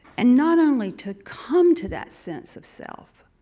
and not only to come to that sense of self,